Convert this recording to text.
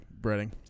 breading